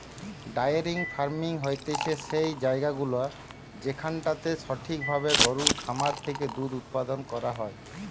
diary farming হতিছে সেই জায়গাগুলা যেখানটাতে সঠিক ভাবে গরুর খামার থেকে দুধ উপাদান করা হয়